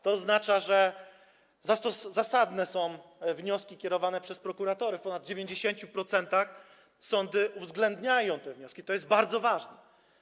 To oznacza, że zasadne są wnioski kierowane przez prokuratorów, w ponad 90% sądy uwzględniają te wnioski, to jest bardzo ważne.